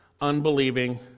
unbelieving